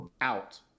out